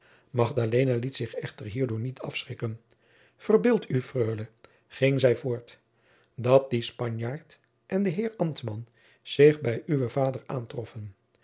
liet zich echter hierdoor niet afschrikken verbeeld u freule ging zij voort dat die spanjaard en de heer ambtman zich bij uwen vader aantroffen